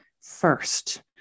first